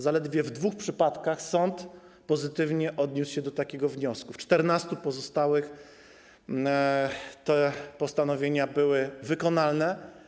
Zaledwie w dwóch przypadkach sąd pozytywnie odniósł się do takiego wniosku, a w 14 pozostałych te postanowienia były wykonalne.